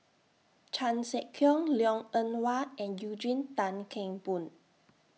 Chan Sek Keong Liang Eng Hwa and Eugene Tan Kheng Boon